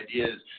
ideas